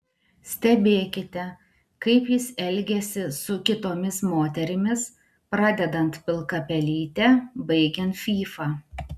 stebėkite kaip jis elgiasi su kitomis moterimis pradedant pilka pelyte baigiant fyfa